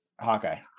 Hawkeye